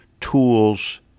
tools